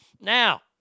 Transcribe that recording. Now